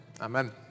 Amen